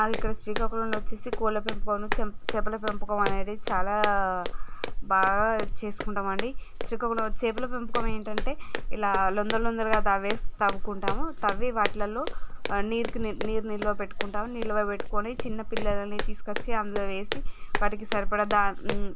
మాకు ఇక్కడ శ్రీకాకుళంలో వచ్చేసి కోళ్ల పెంపకం చేపల పెంపకం అనేదీ చాలా బాగా చేసుకుంటాం అండి శ్రీకాకుళంలో చేపల పెంపకం ఏంటంటే ఇలా లొందల లొందలుగా తవ్వేస్ తవ్వుకుంటాము తవ్వి వాట్లలో నీరుకి నీళ్లు నిలువ పెట్టుకుంటాం నిలువపెట్టుకొని చిన్నపిల్లలని తీసుక వచ్చి అందులో వేసి వాటికి సరిపడ్డ దా